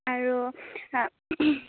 আৰু